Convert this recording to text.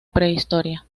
prehistoria